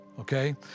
Okay